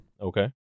Okay